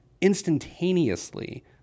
instantaneously